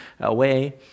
away